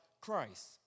Christ